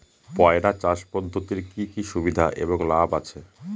পয়রা চাষ পদ্ধতির কি কি সুবিধা এবং লাভ আছে?